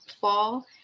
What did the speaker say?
fall